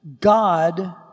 God